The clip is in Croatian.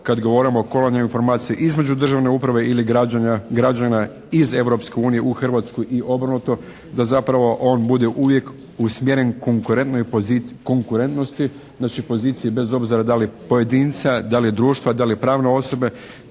kad govorimo o kolanju informacija između državne uprave i građana iz Europske unije u Hrvatsku i obrnuto, da zapravo on bude uvijek usmjeren konkurentnosti. Znači poziciji bez obzira da li pojedinca, da li društva, da li je pravna osobe